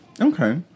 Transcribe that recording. okay